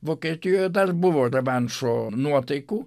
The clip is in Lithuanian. vokietijoj dar buvo revanšo nuotaikų